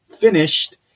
finished